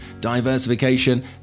diversification